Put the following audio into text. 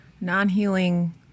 Non-healing